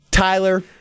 Tyler